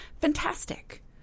Fantastic